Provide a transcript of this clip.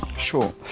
Sure